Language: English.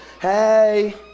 Hey